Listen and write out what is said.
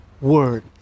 word